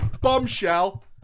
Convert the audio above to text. Bombshell